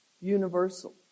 universal